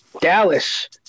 Dallas